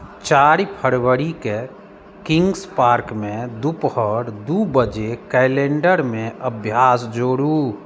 चारि फरवरीके किंग्स पार्कमे दुपहर दू बजे कैलेण्डरमे अभ्यास जोड़ू